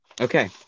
Okay